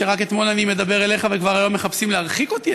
שרק אתמול אני מדבר אליך וכבר היום מחפשים להרחיק אותי?